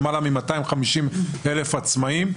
למעלה מ-250,000 עצמאים.